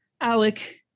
alec